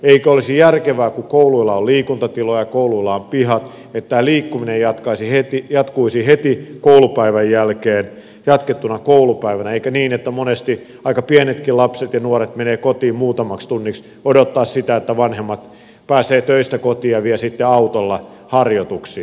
eikö olisi järkevää kun kouluilla on liikuntatiloja ja kouluilla on pihat että tämä liikkuminen jatkuisi heti koulupäivän jälkeen jatkettuna koulupäivänä eikä niin että monesti aika pienetkin lapset ja nuoret menevät kotiin muutamaksi tunniksi odottamaan sitä että vanhemmat pääsevät töistä kotiin ja vievät sitten autolla harjoituksiin